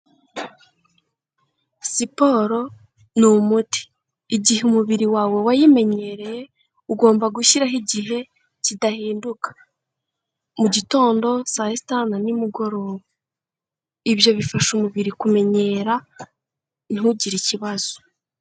Siporo ni umuti, igihe umubiri wawe wayimenyereye, ugomba gushyiraho igihe kidahinduka mu gitondo saa sita na nimugoroba, ibyo bifasha umubiri kumenyera ntugire ikibazo.